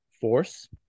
Force